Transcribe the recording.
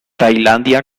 tailandia